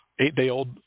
Eight-day-old